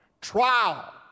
trial